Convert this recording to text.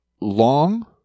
long